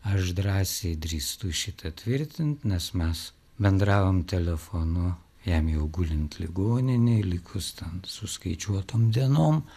aš drąsiai drįstu šitą tvirtint nes mes bendravom telefonu jam jau gulint ligoninėj likus ten suskaičiuotom dienom